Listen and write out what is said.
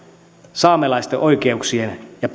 saamelaisten oikeuksien ja